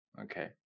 Okay